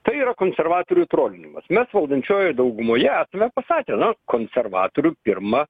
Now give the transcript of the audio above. tai yra konservatorių trolinimas mes valdančiojoje daugumoje pasakė na konservatorių pirma